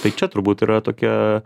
tai čia turbūt yra tokia